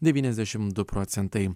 devyniasdešim du procentai